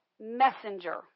messenger